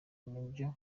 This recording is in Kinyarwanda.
nibyo